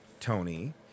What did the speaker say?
tony